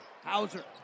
hauser